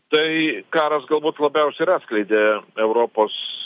tai karas galbūt labiausiai ir atskleidė europos